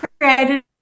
created